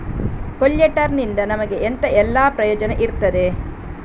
ಕೊಲ್ಯಟರ್ ನಿಂದ ನಮಗೆ ಎಂತ ಎಲ್ಲಾ ಪ್ರಯೋಜನ ಇರ್ತದೆ?